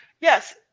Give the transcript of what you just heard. Yes